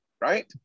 right